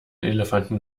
elefanten